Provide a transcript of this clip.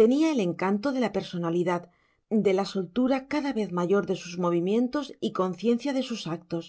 tenía el encanto de la personalidad de la soltura cada vez mayor de sus movimientos y conciencia de sus actos